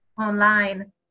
online